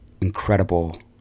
incredible